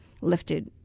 lifted